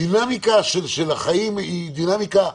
הדינמיקה של החיים היא דינמיקה,